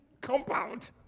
compound